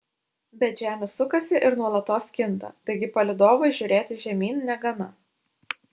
bet žemė sukasi ir nuolatos kinta taigi palydovui žiūrėti žemyn negana